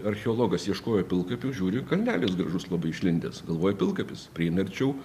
archeologas ieškojo pilkapių žiūri į kalnelis gražus labai išlindęs galvoja pilkapis prieina arčiau